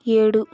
ఏడు